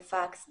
בפקס,